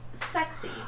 Sexy